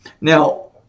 Now